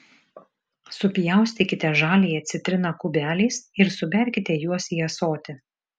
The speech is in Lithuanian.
supjaustykite žaliąją citriną kubeliais ir suberkite juos į ąsotį